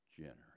Generous